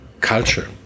culture